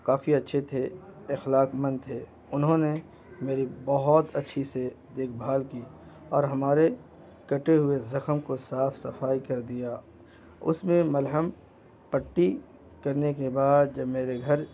کافی اچھے تھے اخلاق مند تھے انہوں نے میری بہت اچھی سے دیکھ بھال کی اور ہمارے کٹے ہوئے زخم کو صاف صفائی کر دیا اس میں مرہم پٹی کرنے کے بعد جب میرے گھر